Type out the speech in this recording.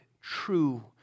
true